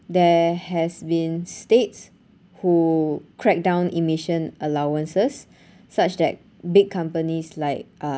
there has been states who crack down emission allowances such that big companies like uh